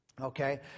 Okay